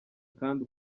kandi